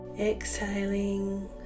Exhaling